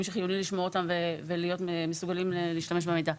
שחיוני לשמור אותם ולהיות מסוגלים להשתמש במידע.